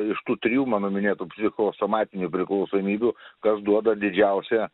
iš tų trijų mano minėtų psichosomatinių priklausomybių kas duoda didžiausią